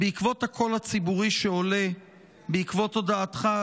בעקבות הקול הציבורי שעולה בעקבות הודעתך,